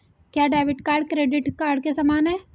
क्या debit card credit card के समान है?